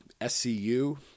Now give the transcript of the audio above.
SCU